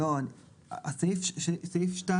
סעיף 2